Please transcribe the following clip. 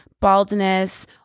baldness